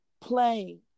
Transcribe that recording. playing